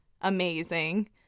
Amazing